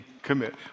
Commit